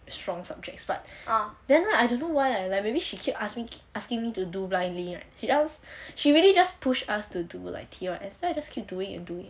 strong subjects but then right I don't why leh like maybe she keep asking asking me to do blindly leh P_L~ she really just keep push us to do like P_L_S then I just keep doing and doing